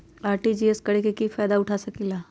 RTGS करे से की फायदा उठा सकीला?